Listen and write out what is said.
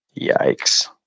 Yikes